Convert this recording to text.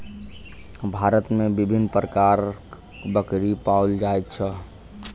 भारत मे विभिन्न प्रकारक बकरी पाओल जाइत छै